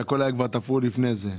שהכול היה תפור כבר לפני זה.